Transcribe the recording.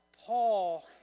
Paul